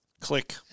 Click